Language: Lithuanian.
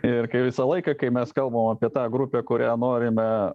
ir kai visą laiką kai mes kalbam apie tą grupę kurią norime